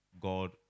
God